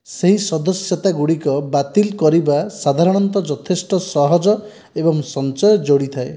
ସେହି ସଦସ୍ୟତା ଗୁଡ଼ିକ ବାତିଲ୍ କରିବା ସାଧାରଣତଃ ଯଥେଷ୍ଟ ସହଜ ଏବଂ ସଞ୍ଚୟ ଯୋଡ଼ିଥାଏ